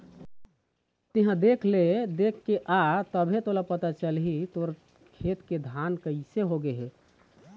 तेंहा देख ले देखके आ तभे तोला पता चलही तोर खेत के धान कइसे हो गे हे